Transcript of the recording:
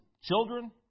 children